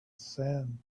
sand